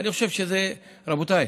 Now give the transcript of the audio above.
אני חושב שזה, רבותיי,